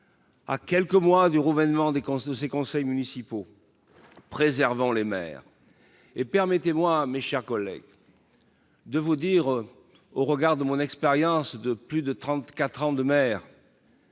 à quelques mois du Rouvray vainement conso ses conseils municipaux préservant les maires et permettez-moi mes chers collègues, de vous dire au regard de mon expérience de plus de 34 ans de mer.